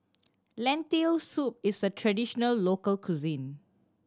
Lentil Soup is a traditional local cuisine